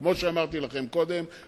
כמו שאמרתי לכם קודם,